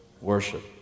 worship